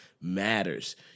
matters